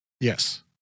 Yes